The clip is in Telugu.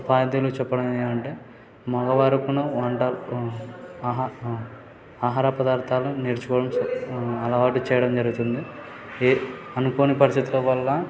ఉపాధ్యాయులు చెప్పడం ఏంటంటే మగవారు కూడా వంట ఆహా ఆహార పదార్థాలు నేర్చుకోవడం అలవాటు చేయడం జరుగుతుంది ఏ అనుకోని పరిస్థితుల వల్ల